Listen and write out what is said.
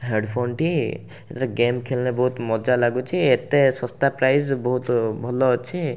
ହେଡ଼୍ଫୋନ୍ଟି ଏଥିରେ ଗେମ୍ ଖେଳିଲେ ବହୁତ ମଜା ଲାଗୁଛି ଏତେ ଶସ୍ତା ପ୍ରାଇସ୍ ବହୁତ ଭଲ ଅଛି